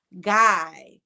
guy